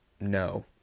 no